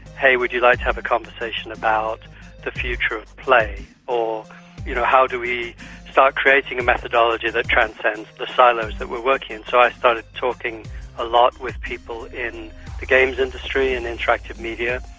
hey, would you like to have a conversation about the future of play, or you know how do we start creating a methodology that transcends the silos that we are working in. so i started talking a lot with people in the games industry and interactive media,